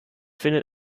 findet